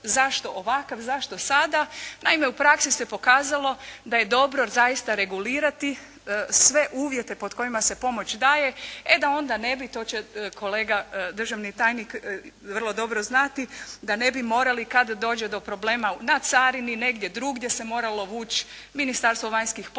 zašto ovakav, zašto sada. Naime, u praksi se pokazalo da je dobro zaista regulirati sve uvjete pod kojima se pomoć daje. E da onda ne bi, to će kolega državni tajnik vrlo dobro znati, da ne bi morali kada dođe do problema na carini negdje drugdje se moralo vući Ministarstvo vanjskih poslova